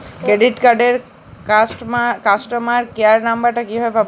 Credit কার্ডের customer care number টা কিভাবে পাবো?